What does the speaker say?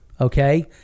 okay